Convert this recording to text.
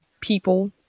people